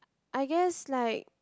I guess like